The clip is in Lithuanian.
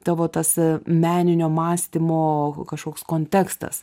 tavo tas meninio mąstymo kažkoks kontekstas